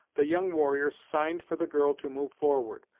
the young warrior signed for the girl to move forward,